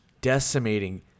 decimating